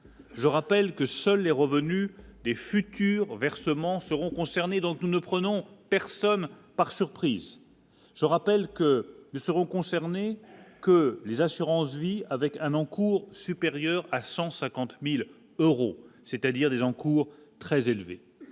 Je rappelle que seuls les revenus des futurs versements seront concernés, donc nous ne prenons personne par surprise, je rappelle que ne seront concernées que les assurances vie avec un encours supérieur à 150000 euros, c'est-à-dire des gens courent très élevés